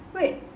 wait